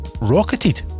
rocketed